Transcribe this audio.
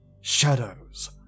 Shadows